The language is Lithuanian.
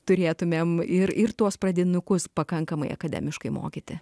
turėtumėm ir ir tuos pradinukus pakankamai akademiškai mokyti